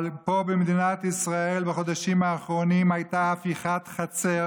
אבל פה במדינת ישראל בחודשים האחרונים הייתה הפיכת חצר